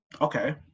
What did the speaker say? Okay